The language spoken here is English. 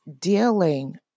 dealing